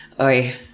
Oi